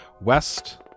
west